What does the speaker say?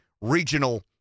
regional